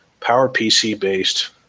PowerPC-based